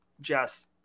Jess